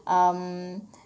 um